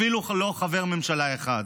אפילו לא חבר ממשלה אחד,